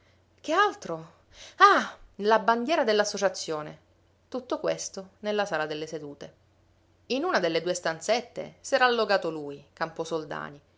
che altro ah la bandiera dell'associazione tutto questo nella sala delle sedute in una delle due stanzette s'era allogato lui camposoldani